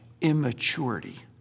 immaturity